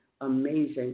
amazing